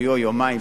אוי" יומיים,